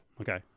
Okay